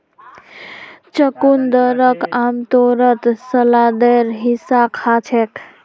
चुकंदरक आमतौरत सलादेर हिस्सा खा छेक